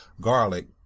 garlic